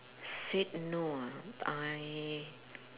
said no ah I